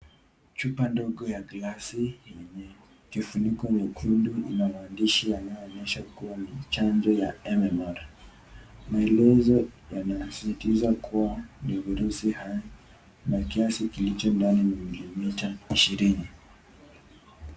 Chupa ndogo ya glasi yenye kifuniko nyekundu ina maandishi yanayo onyesha kuwa ni chanjo ya MMR,maelezo yanasisitiza kuwa ni virusi na kiasi kilicho ndani ni milimita ishirini.